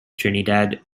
trinidad